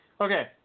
Okay